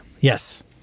yes